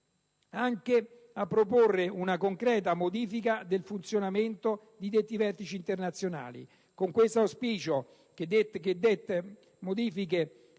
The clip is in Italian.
anche a proporre una concreta modifica del funzionamento di detti vertici internazionali, e con l'auspicio che dette modifiche